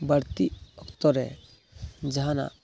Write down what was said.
ᱵᱟᱹᱲᱛᱤᱜ ᱚᱠᱛᱚᱨᱮ ᱡᱟᱦᱟᱱᱟᱜ